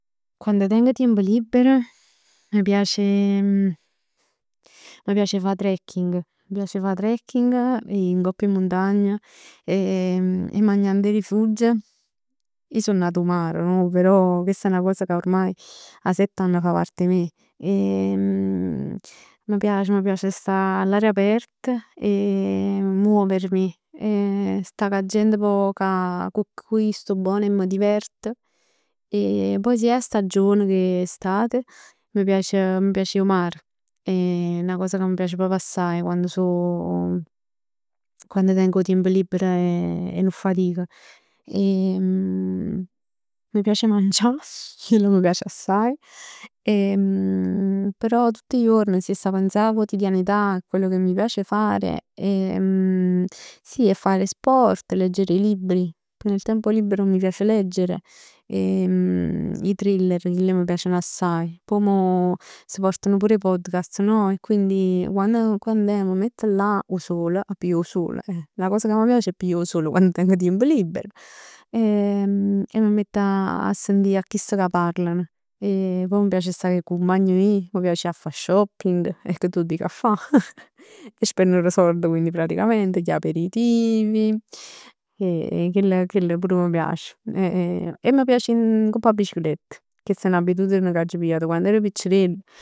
Quann tengo tiemp libero mi piace, mi piace 'e fa trekking. M' piace 'e fa trekking e ji ngopp 'e muntagn, 'e magnà ngopp 'e rifug. Ij so nata 'o mare no? Però chest è 'na cosa che ormai 'a sett anni fa parte 'e me. M' piac, m' piace 'e sta 'a l'aria apert. Muovermi e sta cu 'a gent poj ca, cu ij sto bona e m' diverto. Poi se è 'a stagione che è estate, m' piac, m piace 'e ji 'o mar. È 'na cosa ca m' piace proprj assaje, 'a quann so, quann teng 'o tiemp libero e, e nun fatic. Mi piace 'e mangià chell m' piace assaje e però tutt 'e juorn si avess pensà 'a quotidianetà e a chell ca m' piace fare, sì è fare sport, leggere libri, nel tempo libero mi piace leggere i thriller chill m' piaceno assaje. Poi mo s' portano pur 'e podcast no? E quindi quann, quand'è mi mett là 'o sol, a piglià 'o sol. Eh 'na cosa ca m' piace è piglià 'o sol quann teng tiemp libero e m' mett 'a sentì a chist ca parlan. Poi m' piace 'a sta cu 'e cumpagne meje, mi piace 'a fa shopping e che t'o dic 'a fa, 'e spennere sord praticament, quindi gli aperitivi, e chell chell pur m' piace. E m' piace 'e ji ngopp 'a biciclett. Chest è n'abitudine che aggia pigliat quann er piccirell